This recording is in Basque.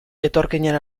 etorkinen